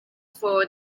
for